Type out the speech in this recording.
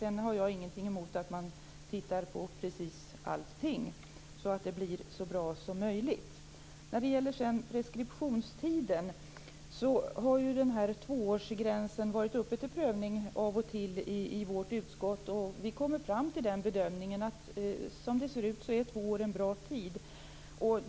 Sedan har jag ingenting emot att man tittar på precis allting, så att det blir så bra som möjligt. När det gäller preskriptionstiden har tvåårsgränsen varit uppe till prövning av och till i vårt utskott. Vi har kommit fram till den bedömningen att som det ser ut är två år en bra tid.